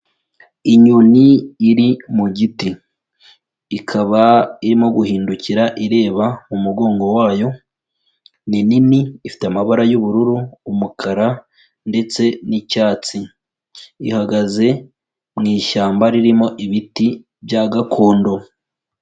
Inyoni iri mu giti. Ikaba irimo guhindukira ireba mu mugongo wayo, ni nini ifite amabara y'ubururu, umukara, ndetse n'icyatsi. Ihagaze mu ishyamba ririmo ibiti bya gakondo.